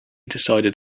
decided